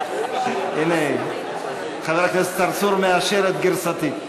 הנה, חבר הכנסת צרצור מאשר את גרסתי.